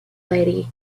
lady